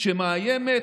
שמאיימת